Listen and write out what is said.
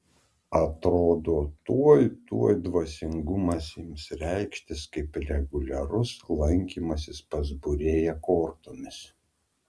atrodo tuoj tuoj dvasingumas ims reikštis kaip reguliarus lankymasis pas būrėją kortomis